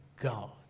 God